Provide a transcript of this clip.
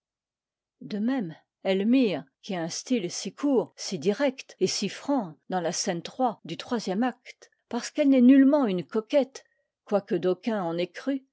de même elmire qui a un style si court si direct et si franc dans la scène trois du troisième acte parce qu'elle n'est nullement une coquette quoi que d'aucuns en aient cru